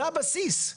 זה הבסיס.